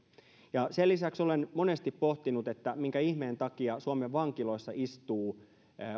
sen lisäksi olen monesti pohtinut minkä ihmeen takia suomen vankiloissa istuu